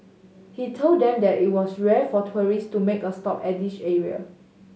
he told them that it was rare for tourists to make a stop at this area